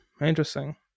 Interesting